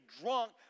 drunk